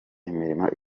imirimo